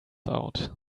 out